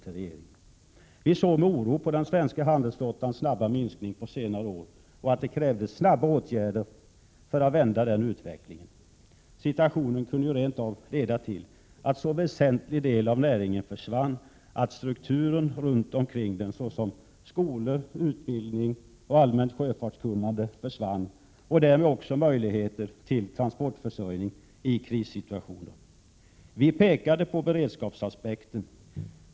Vi framhöll att vi såg med oro på den svenska handelsflottans snabba minskning under senare år och att det krävdes snabba åtgärder för att vända utvecklingen. Situationen kunde rent av leda till att så väsentlig del av näringen försvann att strukturen runt omkring den såsom skolor, utbildning och allmänt sjöfartskunnande försvann och därmed också möjligheter till transportförsörjning i krissituationer. Vi pekade på beredskapsaspekten.